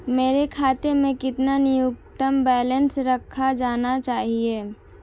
मेरे खाते में कितना न्यूनतम बैलेंस रखा जाना चाहिए?